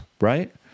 Right